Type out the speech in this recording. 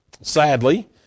Sadly